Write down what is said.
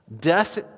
Death